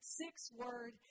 six-word